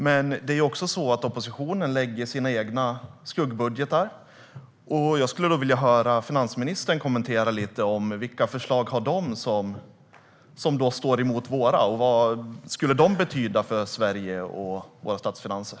Men det är också så att oppositionen lägger fram sina egna skuggbudgetar. Jag skulle vilja höra finansministern kommentera lite vilka förslag de har som står emot våra. Vad skulle dessa förslag betyda för Sverige och våra statsfinanser?